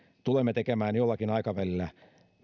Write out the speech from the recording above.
tulemme tekemään jollakin aikavälillä